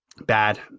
Bad